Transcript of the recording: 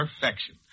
perfection